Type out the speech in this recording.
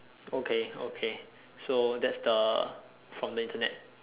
okay okay so that's the from the Internet